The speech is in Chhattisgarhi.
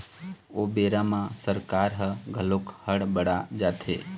ओ बेरा म सरकार ह घलोक हड़ बड़ा जाथे